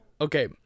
Okay